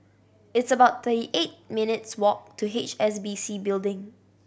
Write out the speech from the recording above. it's about thirty eight minutes' walk to H S B C Building